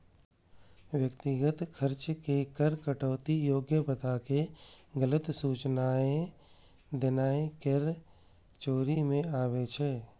व्यक्तिगत खर्च के कर कटौती योग्य बताके गलत सूचनाय देनाय कर चोरी मे आबै छै